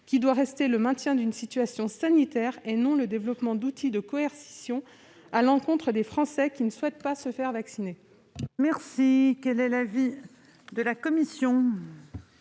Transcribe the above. qui doit rester le maintien d'une situation sanitaire, et non le développement d'outils de coercition à l'encontre des Français qui ne souhaitent pas se faire vacciner.